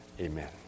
amen